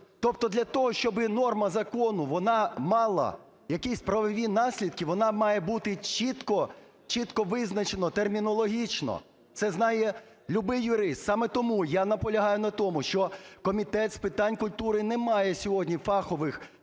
Тобто для того, щоби норма закону, вона мала якісь правові наслідки, вона має бути… чітко визначено термінологічно, це знає любий юрист. Саме тому я наполягаю на тому, що Комітет з питань культури не має сьогодні фахових,